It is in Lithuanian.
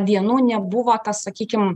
dienų nebuvo tas sakykim